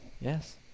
Yes